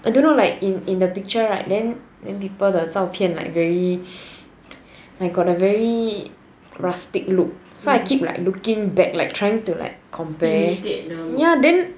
I don't know like in in the picture right then people 的照片 like very like got a very rustic look so I keep like looking back like trying to like compare it ya then